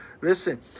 listen